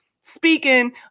speaking